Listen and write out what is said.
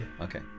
Okay